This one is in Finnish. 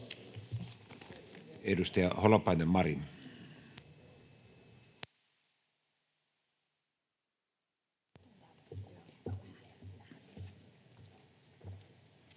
Edustaja Holopainen, Mari.